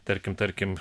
tarkim tarkim